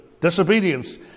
Disobedience